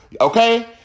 Okay